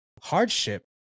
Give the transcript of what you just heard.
hardship